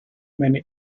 meine